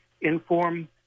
inform